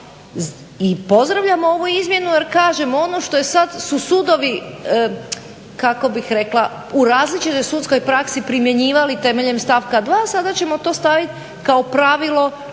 i pozdravljamo ovu izmjenu jer kažemo, ono što sad su sudovi u različitoj sudski praksi primjenjivali temeljem stavka 2. sada ćemo to stavit kao pravilo